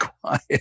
quiet